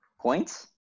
Points